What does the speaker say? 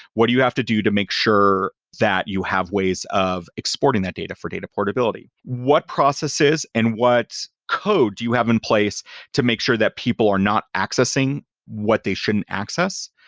what do you have to do to make sure that you have ways of exporting that data for data portability? what processes and what code do you have in place to make sure that people are not accessing what they shouldn't access?